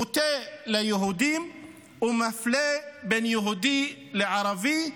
מוטה ליהודים ומפלה בין יהודי לערבי,